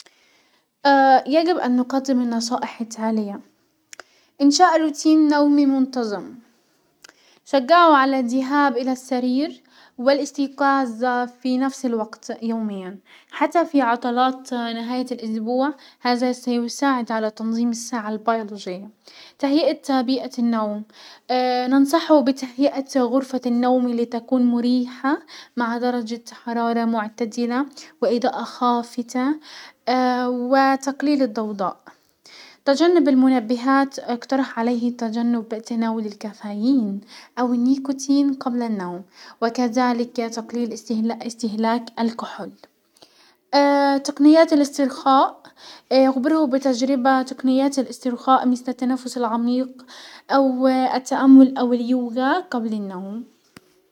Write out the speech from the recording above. يجب ان نقدم النصائح التالية إنشاء روتين نومي منتظم، شجعوا على الذهاب الى السرير والاستيقاظ في نفس الوقت يوميا حتى في عطلات نهاية الاسبوع، هذا سيساعد تنظيم الساعة البيولوجية تهيئة بيئة النوم، ننصحه بتهيئة غرفة النوم لتكون مريحة مع درجة حرارة معتدلة واذا اخافتة اه وتقليل الضوضاء تجنب المنبهات، اقترح عليه في تجنب تناول الكافيين او النيكوتين قبل النوم وكذلك تقليل اس-استهلاك الكحول تقنيات الاسترخاء، اخبروه بتجربة تقنيات الاسترخاء مسل التنفس العميق او التأمل او اليوغا قبل النوم